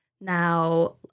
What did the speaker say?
Now